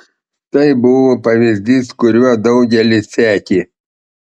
tai buvo pavyzdys kuriuo daugelis sekė